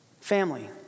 family